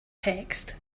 text